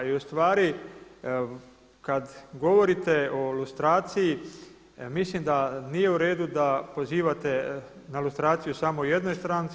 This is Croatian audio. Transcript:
I u stvari kad govorite o lustraciji mislim da nije u redu da pozivate na lustraciju samo u jednoj stranci.